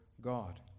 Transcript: God